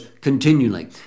continually